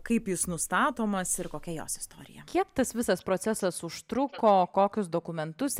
kaip jis nustatomas ir kokia jos istorija kiek tas visas procesas užtruko kokius dokumentus